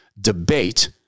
debate